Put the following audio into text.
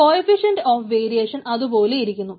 coefficient of variation അതു പോലെ ഇരിക്കുന്നു